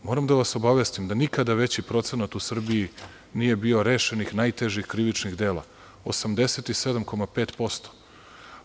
Moram da vas obavestim da nikada veći procenat u Srbiji nije bio rešenih najtežih krivičnih dela - 87,5%